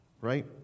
right